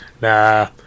Nah